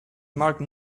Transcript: marked